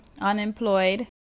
unemployed